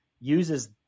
uses